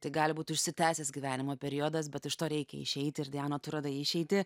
tai gali būti užsitęsęs gyvenimo periodas bet iš to reikia išeiti ir diana tu radai išeitį